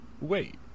Wait